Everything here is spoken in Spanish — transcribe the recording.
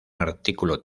artículo